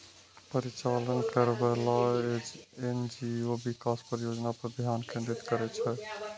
परिचालन करैबला एन.जी.ओ विकास परियोजना पर ध्यान केंद्रित करै छै